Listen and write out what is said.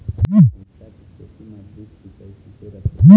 मिरचा के खेती म ड्रिप सिचाई किसे रथे?